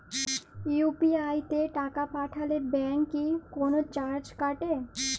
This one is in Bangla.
ইউ.পি.আই তে টাকা পাঠালে ব্যাংক কি কোনো চার্জ কাটে?